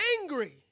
angry